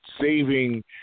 saving